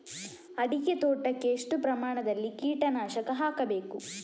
ಅಡಿಕೆ ತೋಟಕ್ಕೆ ಎಷ್ಟು ಪ್ರಮಾಣದಲ್ಲಿ ಕೀಟನಾಶಕ ಹಾಕಬೇಕು?